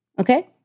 Okay